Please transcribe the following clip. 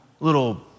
Little